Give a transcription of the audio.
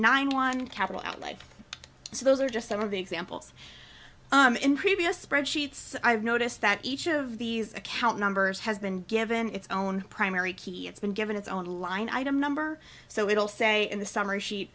nine one capital outlay so those are just some of the examples in previous spreadsheets i've noticed that each of these account numbers has been given its own primary key it's been given its own line item number so it'll say in the summary she